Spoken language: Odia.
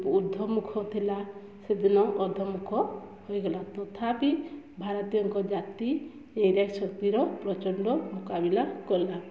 ଉର୍ଦ୍ଧ୍ୱ ମୁଖ ଥିଲା ସେ ଦିନ ଅଧଃମୁଖ ହୋଇଗଲା ତଥାପି ଭାରତୀୟଙ୍କ ଜାତିରେ ଶକ୍ତିର ପ୍ରଚଣ୍ଡ ମୁକାବିଲା କଲା